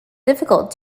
difficult